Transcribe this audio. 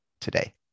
today